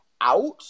out